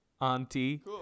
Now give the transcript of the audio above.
Auntie